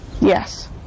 Yes